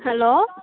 hello